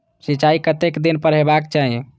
सिंचाई कतेक दिन पर हेबाक चाही?